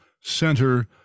center